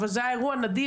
אבל זה היה אירוע נדיר.